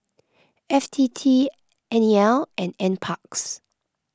F T T N E L and N Parks